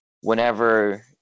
whenever